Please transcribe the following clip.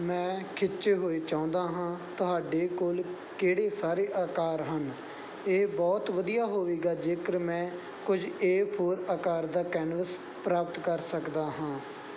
ਮੈਂ ਖਿੱਚੇ ਹੋਏ ਚਾਹੁੰਦਾ ਹਾਂ ਤੁਹਾਡੇ ਕੋਲ ਕਿਹੜੇ ਸਾਰੇ ਆਕਾਰ ਹਨ ਇਹ ਬਹੁਤ ਵਧੀਆ ਹੋਵੇਗਾ ਜੇਕਰ ਮੈਂ ਕੁਝ ਏ ਫੋਰ ਆਕਾਰ ਦਾ ਕੈਨਵਸ ਪ੍ਰਾਪਤ ਕਰ ਸਕਦਾ ਹਾਂ